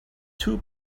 too